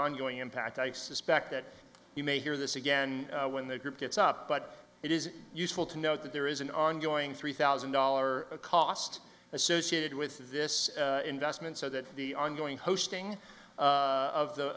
ongoing impact i suspect that you may hear this again when the group gets up but it is useful to know that there is an ongoing three thousand dollar cost associated with this investment so that the ongoing hosting of the